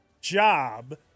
job